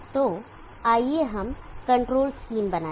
तो आइए हम कंट्रोल स्कीम बनाएं